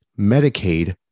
Medicaid